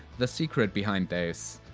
the secret behind those.